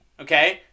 Okay